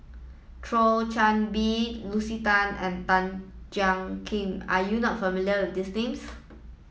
Thio Chan Bee Lucy Tan and Tan Jiak Kim are you not familiar with these names